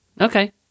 Okay